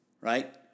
Right